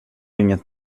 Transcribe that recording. inget